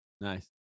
Nice